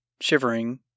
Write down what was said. shivering